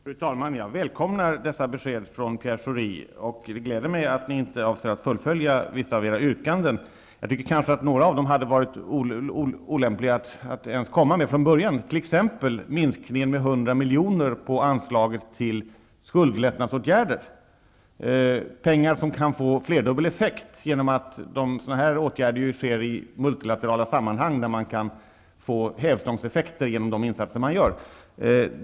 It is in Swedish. Fru talman! Jag välkomnar dessa besked från Pierre Schori. Det gläder mig att ni inte avser att fullfölja vissa av era yrkanden. Några var olämpliga att komma med från början, t.ex. minskningen med Det är pengar som kan få flerdubbel effekt. Sådana åtgärder vidtas i multilaterala sammanhang, där man med hjälp av de insatser som görs kan få hävstångseffekter.